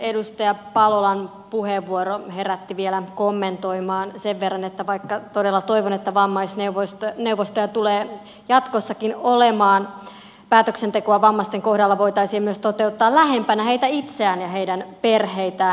edustaja palolan puheenvuoro herätti vielä kommentoimaan sen verran että vaikka todella toivon että vammaisneuvostoja tulee jatkossakin olemaan päätöksentekoa vammaisten kohdalla voitaisiin myös toteuttaa lähempänä heitä itseään ja heidän perheitään